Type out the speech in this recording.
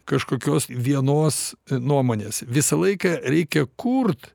kažkokios vienos nuomonės visą laiką reikia kurt